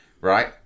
right